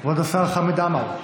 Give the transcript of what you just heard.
כבוד השר חמד עמאר.